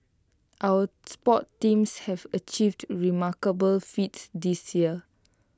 our sports teams have achieved remarkable feats this year